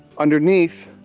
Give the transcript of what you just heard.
underneath,